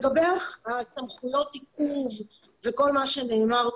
לגבי סמכויות העיכוב וכל מה שנאמר,